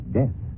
death